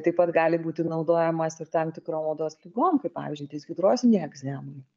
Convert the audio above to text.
taip pat gali būti naudojamas ir tam tikrom odos ligom kaip pavyzdžiui dishidrozinei egzemai